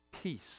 Peace